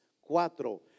Cuatro